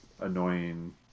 annoying